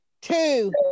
two